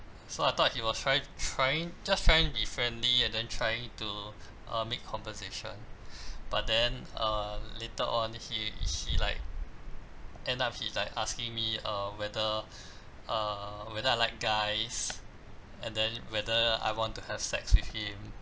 so I thought he was try trying just trying to be friendly and then try to uh make conversation but then uh later on he he like end up he like asking me uh whether uh whether I like guys and then whether I want to have sex with him